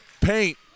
paint